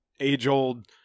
age-old –